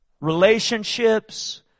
Relationships